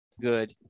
good